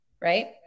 Right